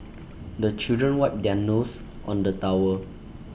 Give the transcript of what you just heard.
the children wipe their noses on the towel